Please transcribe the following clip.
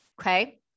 okay